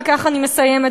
בכך אני מסיימת,